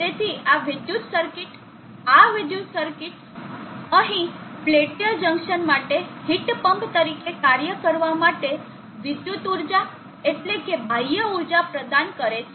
તેથી આ વિદ્યુત સર્કિટ આ વિદ્યુત સર્કિટ અહીં પેલ્ટીયર જંકશન માટે હીટ પંપ તરીકે કાર્ય કરવા માટે વિદ્યુત ઊર્જા એટલેકે બાહ્ય ઊર્જા પ્રદાન કરે છે